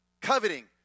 Coveting